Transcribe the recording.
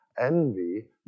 envy